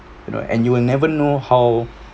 you know and you will never know how